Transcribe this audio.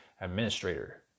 Administrator